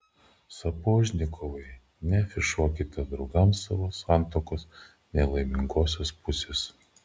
sapožnikovai neafišuokite draugams savo santuokos nelaimingosios pusės